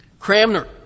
Cramner